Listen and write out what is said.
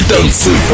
Dance